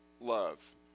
love